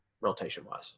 rotation-wise